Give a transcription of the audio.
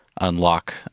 unlock